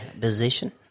position